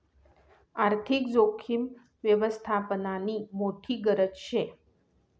आर्थिक जोखीम यवस्थापननी मोठी गरज शे